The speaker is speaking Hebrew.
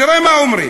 תראו מה אומרים.